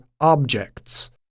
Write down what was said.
objects